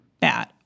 bad